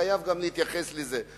חייב להתייחס גם לזה.